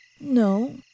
No